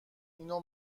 اینو